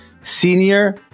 Senior